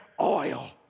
oil